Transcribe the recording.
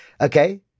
Okay